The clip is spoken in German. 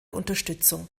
unterstützung